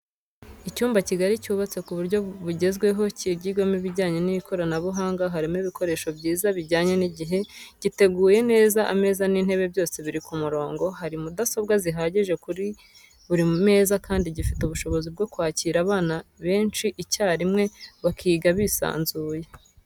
Icyumba kigari cyubatse ku buryo bwugezweho kigirwamo ibijyanye n'ikoranabuhanga harimo ibikoresho byiza bijyanye n'igihe, giteguye neza ameza n'intebe byose biri ku murongo ,hari mudasobwa zihagije kuri buri meza kandi gifite ubushobozi bwo kwakira abana benshi icyarimwe bakiga bisanzuye.